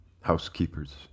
housekeepers